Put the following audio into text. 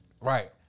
right